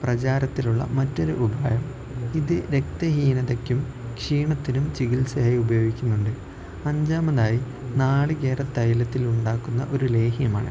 പ്രചാരത്തിലുള്ള മറ്റൊരു ഉപായം ഇത് രക്തഹീനതയ്ക്കും ക്ഷീണത്തിനും ചികിത്സയായി ഉപയോഗിക്കുന്നുണ്ട് അഞ്ചാമതായി നാളികേരത്തൈലത്തിൽ ഉണ്ടാക്കുന്ന ഒരു ലേഹ്യമാണ്